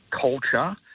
culture